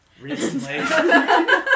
recently